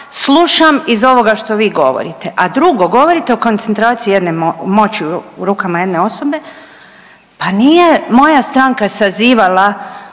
slušam iz ovoga što vi govorite. A drugo, govorite o koncentraciji jedne moći u rukama jedne osobe, pa nije moja stranka sazivala